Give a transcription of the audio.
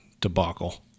debacle